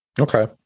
Okay